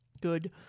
Good